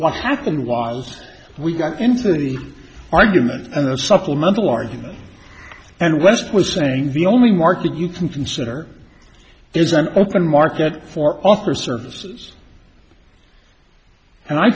what happened was we got into the argument and the supplemental argument and west was saying the only market you can consider is an open market for offer services and i